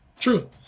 True